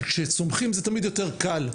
כי כשצומחים זה תמיד יותר קל,